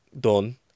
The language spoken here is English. done